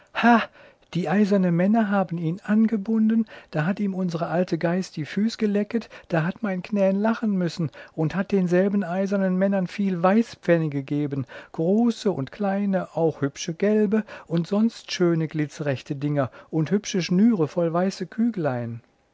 die eiserne männer haben ihn angebunden da hat ihm unsre alte geiß die füße gelecket da hat mein knän lachen müssen und hat denselben eisernen männern viel weißpfennige geben große und kleine auch hübsche gelbe und sonst schöne glitzerechte dinger und hübsche schnüre voll weiße